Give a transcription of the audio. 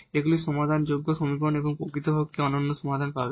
এগুলি সমাধানযোগ্য সমীকরণ এবং প্রকৃতপক্ষে অনন্য সমাধান পাবে